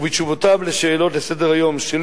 ובתשובותיו על ההצעות לסדר-היום שלי